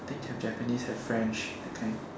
think have japanese have french that kind